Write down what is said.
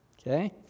Okay